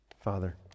Father